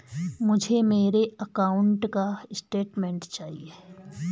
मुझे मेरे अकाउंट का स्टेटमेंट चाहिए?